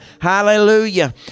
hallelujah